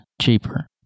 cheaper